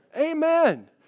Amen